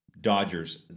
Dodgers